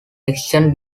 election